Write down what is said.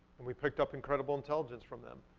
and we picked up incredible intelligence from them.